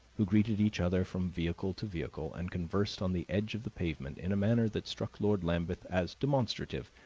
who greeted each other from vehicle to vehicle and conversed on the edge of the pavement in a manner that struck lord lambeth as demonstrative,